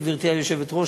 גברתי היושבת-ראש,